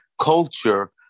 culture